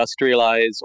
industrialize